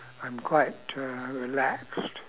I'm quite uh relaxed